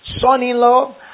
son-in-law